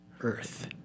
earth